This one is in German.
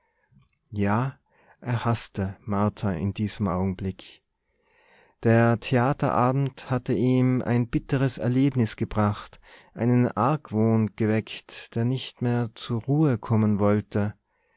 ja er haßte martha in diesem augenblick der theaterabend hatte ihm ein bitteres erlebnis gebracht einen argwohn geweckt der nicht mehr zur ruhe kommen wollte